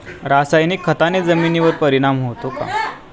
रासायनिक खताने जमिनीवर परिणाम होतो का?